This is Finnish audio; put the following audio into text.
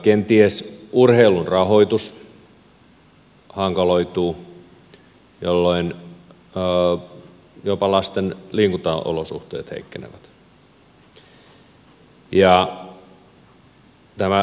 kenties urheilun rahoitus hankaloituu jolloin jopa lasten liikuntaolosuhteet heikkenevät ja tämä mainonta siis pysyy